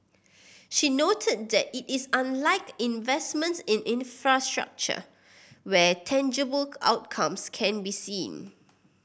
she noted that it is unlike investments in infrastructure where tangible outcomes can be seen